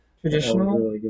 traditional